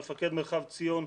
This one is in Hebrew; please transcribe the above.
מפקד מרחב ציון,